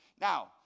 now